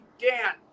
Dan